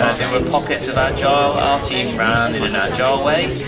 ah there were pockets of agile. our team ran in an agile ah way,